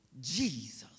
Jesus